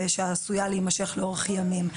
שעשויה להימשך לאורך ימים,